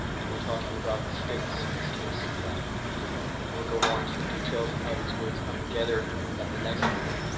and we're talking about the states in this case with that. and we'll go more into the details of how these words come together at the next meeting.